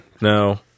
No